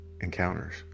encounters